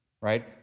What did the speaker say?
right